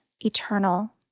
eternal